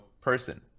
person